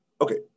Okay